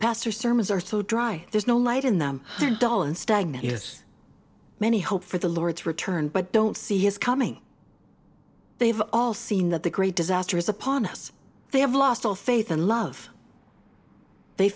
pastor sermons are so dry there's no light in them dahlan stagnant yes many hope for the lord's return but don't see his coming they've all seen that the great disaster is upon us they have lost all faith in love they